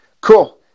Cool